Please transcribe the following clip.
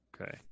Okay